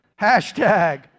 hashtag